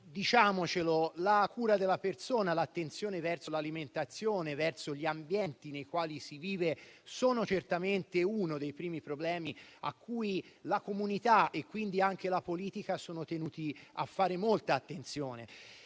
la cura della persona, l'attenzione verso l'alimentazione, verso gli ambienti nei quali si vive è certamente fra i primi problemi a cui la comunità, e quindi anche la politica, è tenuta a fare molta attenzione.